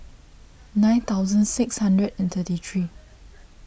nine thousand six hundred and thirty three